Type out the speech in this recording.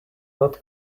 not